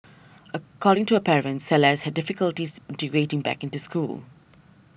according to her parents Celeste had difficulties integrating back into school